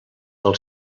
del